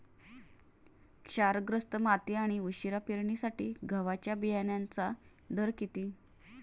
क्षारग्रस्त माती आणि उशिरा पेरणीसाठी गव्हाच्या बियाण्यांचा दर किती?